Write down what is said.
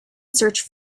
search